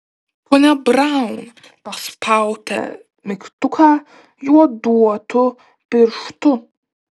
ponia braun paspaudė mygtuką joduotu pirštu